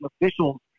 officials